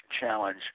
challenge